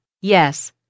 Yes